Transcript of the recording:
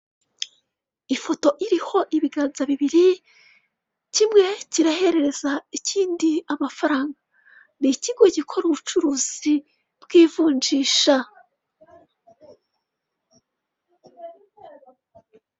Ifoto iriho ibiganza bibiri, kimwe kirahereza ikindi amafaranga. Ni ikigo gikora ubucuruzi bw'ivunjisha.